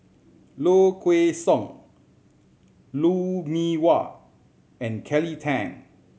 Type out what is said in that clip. Low Kway Song Lou Mee Wah and Kelly Tang